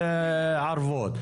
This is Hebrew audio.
ערבות.